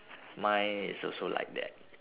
mine is also like that